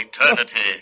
eternity